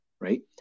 right